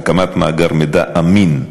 הקמת מאגר מידע אמין,